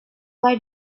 what